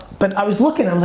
but i was lookin', um